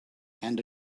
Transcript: and